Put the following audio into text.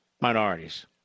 minorities